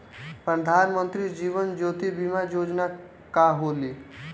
प्रधानमंत्री जीवन ज्योति बीमा योजना का होला?